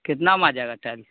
کتنا م آ جائے گاٹلی